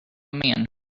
man